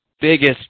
biggest